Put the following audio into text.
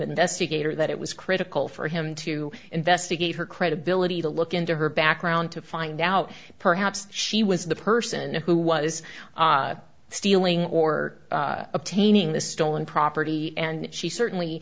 investigator that it was critical for him to investigate her credibility to look into her background to find out perhaps she was the person who was stealing or obtaining the stolen property and she certainly